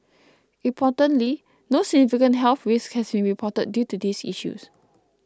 importantly no significant health risks have been reported due to these issues